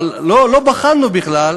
אבל לא בחנו בכלל